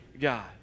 God